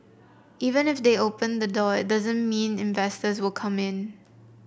even if they open the door it doesn't mean investors will come in